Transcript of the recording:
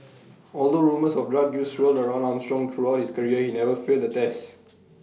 although rumours of drug use swirled around Armstrong throughout his career he never failed A test